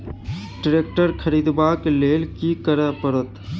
Tractor खरीदबाक लेल की करय परत?